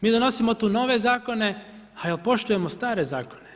Mi donosimo tu nove zakone, ali dal poštujemo stare zakone?